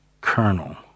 colonel